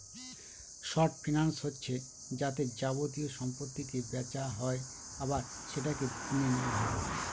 short finance হচ্ছে যাতে যাবতীয় সম্পত্তিকে বেচা হয় আবার সেটাকে কিনে নেওয়া হয়